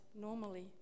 normally